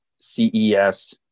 CES